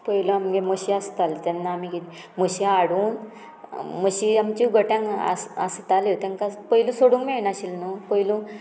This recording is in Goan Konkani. पयलू आमगे मशीं आसताल्यो तेन्ना मागीर म्हशीं हाडून म्हशी आमच्यो गट्यांक आस आसताल्यो तेंकां पयलू सोडूंक मेळनाशिल्लें न्हू पयलू